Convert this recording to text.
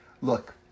look